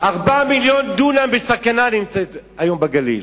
4 מיליון דונם בסכנה נמצאים היום בגליל.